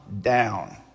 down